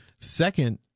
Second